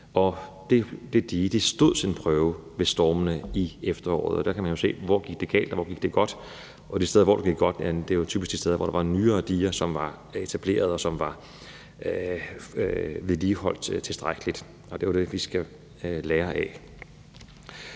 og det dige stod sin prøve ved stormene i efteråret. Der kan man jo se, hvor det gik galt, og hvor det gik godt, og de steder, hvor det gik godt, var typisk de steder, hvor der var nyere diger, som var blevet etableret og vedligeholdt tilstrækkeligt. Og det er jo det, vi skal lære af.